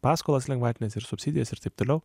paskolas lengvatines ir subsidijas ir taip toliau